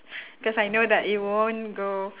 cause I know that it won't go